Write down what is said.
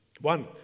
One